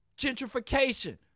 Gentrification